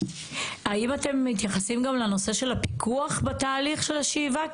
האם אתם מתייחסים גם לנושא של הפיקוח בתהליך של השאיבה?